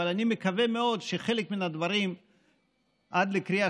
אבל אני מקווה מאוד שחלק מן הדברים עד לקריאה